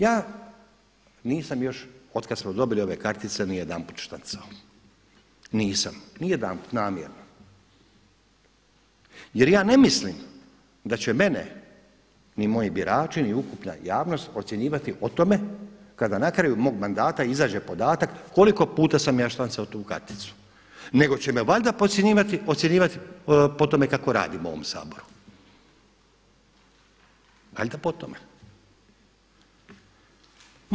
Ja nisam još od kada smo dobili ove kartice nijedanput štancao, nisam nijedanput namjerno jer ja ne mislim da će mene ni moji birači ni ukupna javnost ocjenjivati o tome kada na kraju mog mandata izađe podatak koliko puta sam ja štancao tu karticu nego će me valjda ocjenjivati po tome kako radim u ovom Saboru, valjda po tome.